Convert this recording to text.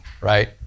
right